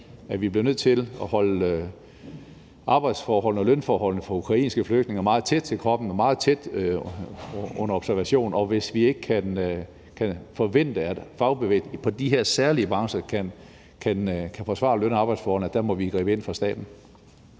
at vi bliver nødt til at holde arbejdsforholdene og lønforholdene for ukrainske flygtninge under meget tæt observation, og hvis vi ikke kan forvente, at fagbevægelsen i de her særlige brancher kan forsvare løn- og arbejdsforholdene, må vi gribe ind fra statens